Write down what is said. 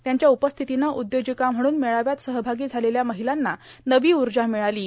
त्यांच्या उपस्थितीनं उदयोजिका म्हणून मेळाव्यात सहभागी झालेल्या र्माहलांना नवी ऊजा र्णमळालां